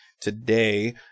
today